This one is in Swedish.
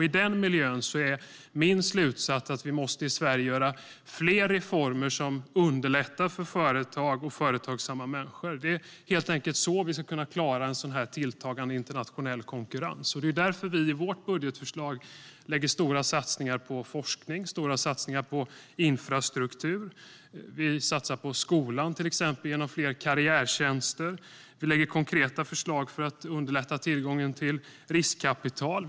I den miljön är min slutsats att vi i Sverige måste göra fler reformer som underlättar för företag och för företagsamma människor. Det är helt enkelt så vi ska kunna klara en sådan här tilltagande internationell konkurrens. Det är därför vi i vårt budgetförslag gör stora satsningar på forskning och på infrastruktur. Vi satsar på skolan, till exempel, genom fler karriärtjänster. Vi lägger fram konkreta förslag för att underlätta tillgången till riskkapital.